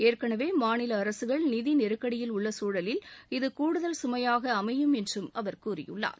ஏற்கனவே மாநில அரசுகள் நிதி நெருக்கடியில் உள்ள சூழலில் இது கூடுதல் கமையாக அமையும் என்று அவர் கூறியுள்ளார்